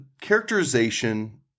characterization